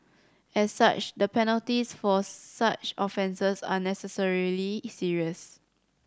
as such the penalties for such offences are necessarily serious